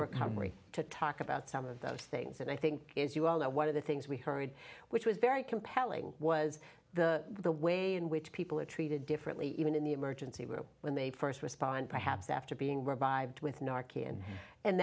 recovery to talk about some of those things that i think is you are one of the things we hurried which was very compelling was the the way in which people are treated differently even in the emergency room when they first respond perhaps after being revived with